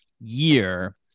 year